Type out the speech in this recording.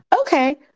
Okay